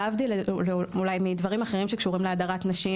להבדיל אולי מדברים אחרים שקשורים להדרת נשים